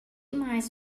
mais